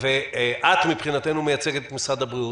את, מבחינתנו, מייצגת את משרד הבריאות.